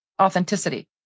authenticity